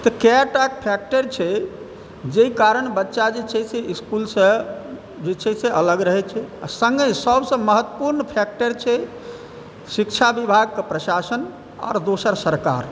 तऽ कएकटा फैक्टर छै जाहि कारण बच्चा जे छै से इसकुलसँ जे छै से अलग रहै छै आओर सङ्गे सबसँ बेसी महत्वपूर्ण फैक्टर छै शिक्षा विभागके प्रशासन आओर दोसर सरकार